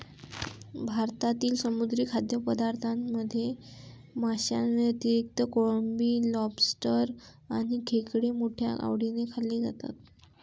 भारतातील समुद्री खाद्यपदार्थांमध्ये माशांव्यतिरिक्त कोळंबी, लॉबस्टर आणि खेकडे मोठ्या आवडीने खाल्ले जातात